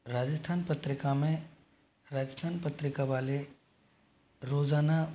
राजस्थान पत्रिका में राजस्थान पत्रिका वाले रोज़ाना